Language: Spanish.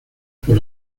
por